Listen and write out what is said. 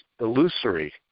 illusory